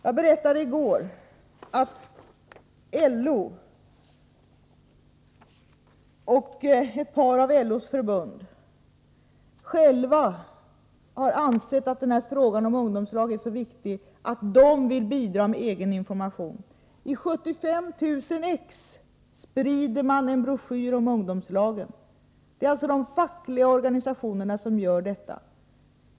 Jag berättade i går att LO och ett par av LO:s förbund har ansett att frågan om ungdomslag är så viktig att de vill bidra med egen information. I 75 000 exemplar sprider man en broschyr om ungdomslagen. Det är alltså de fackliga organisationerna som gör detta.